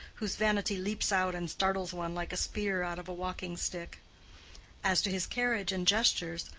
whose vanity leaps out and startles one like a spear out of a walking-stick as to his carriage and gestures,